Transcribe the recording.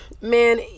man